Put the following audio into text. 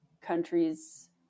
countries